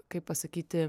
kaip pasakyti